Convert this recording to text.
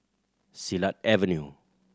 Silat Avenue